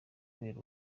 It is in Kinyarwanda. kubera